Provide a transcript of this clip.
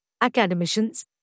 academicians